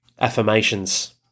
Affirmations